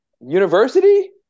University